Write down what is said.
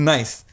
Nice